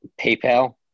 PayPal